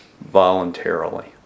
voluntarily